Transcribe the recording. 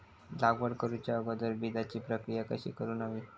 लागवड करूच्या अगोदर बिजाची प्रकिया कशी करून हवी?